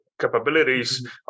capabilities